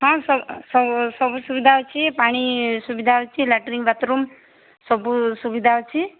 ହଁ ସବୁ ସବୁ ସୁବିଧା ଅଛି ପାଣି ସୁବିଧା ଅଛି ଲାଟିନ୍ ବାଥରୁମ୍ ସବୁ ସୁବିଧା ଅଛି